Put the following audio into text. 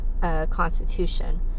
constitution